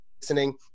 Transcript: listening